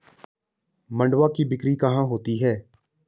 मंडुआ की बिक्री कहाँ होती है?